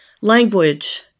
language